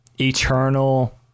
eternal